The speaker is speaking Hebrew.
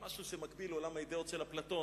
זה משהו שמקביל לעולם האידיאות של אפלטון.